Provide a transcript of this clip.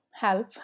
help